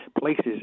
places